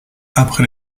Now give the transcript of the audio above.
après